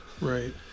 Right